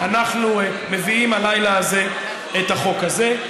אנחנו מביאים הלילה הזה את החוק הזה,